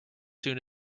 soon